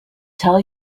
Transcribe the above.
tell